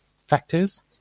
factors